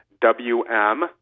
WM